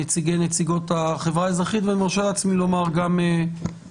נציגי ונציגות החברה האזרחית ואני מרשה לעצמי לומר גם נציג